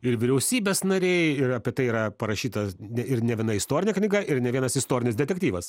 ir vyriausybės nariai ir apie tai yra parašytas ir ne viena istorinė knyga ir ne vienas istorinis detektyvas